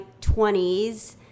20s